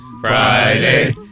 Friday